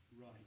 Right